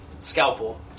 scalpel